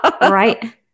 Right